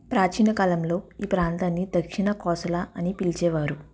ప్రాచీన కాలంలో ఈ ప్రాంతాన్ని దక్షిణ కోసల అని పిలిచేవారు